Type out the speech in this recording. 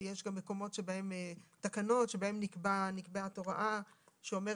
ויש גם תקנות שבהן נקבעת הוראה שאומרת